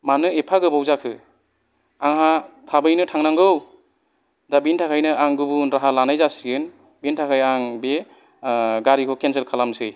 मानो एफा गोबाव जाखो आंहा थाबैनो थांनांगौ दा बिनि थाखायनो आङो गुबुन राहा लानाय जासिगोन बिनि थाखाय आं बे गारिखौ केन्सेल खालामनोसै